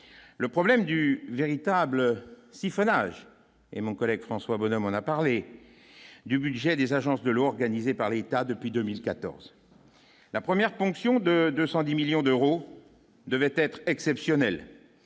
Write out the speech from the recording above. le problème du véritable siphonage et mon collègue François Bonhomme, on a parlé du budget des agences de l'eau organisée par l'État depuis 2014 la première ponction de 210 millions d'euros devaient être exceptionnelle,